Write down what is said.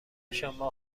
شما